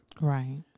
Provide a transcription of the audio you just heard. Right